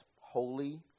holy